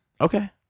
Okay